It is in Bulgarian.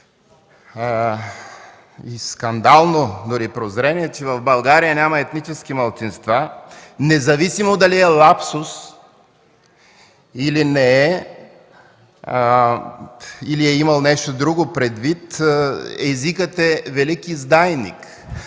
скандално прозрение, че в България няма етнически малцинства. Независимо дали е лапсус, или не е, или е имал нещо друго предвид, езикът е велик издайник.